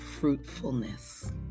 fruitfulness